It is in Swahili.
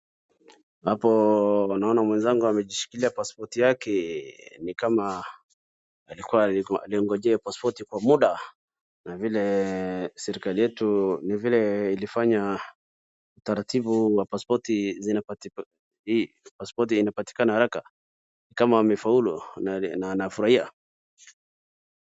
Hapo naona mwenzangu amejishikilia pasipoti yake, ni kama alikuwa anangojea hiyo pasipoti kwa muda. Na vile serikali yetu, ni vile taratibu wa pasipoti, pasipoti inapatikana haraka, nikama amefaulu na anafurahia.